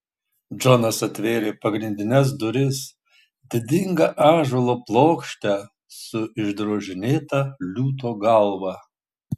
džonas atvėrė pagrindines duris didingą ąžuolo plokštę su išdrožinėta liūto galva